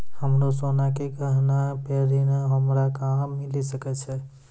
हमरो सोना के गहना पे ऋण हमरा कहां मिली सकै छै?